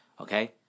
Okay